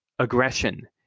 Aggression